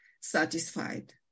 satisfied